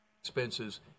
expenses